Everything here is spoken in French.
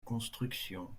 construction